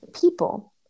people